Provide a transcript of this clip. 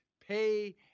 pay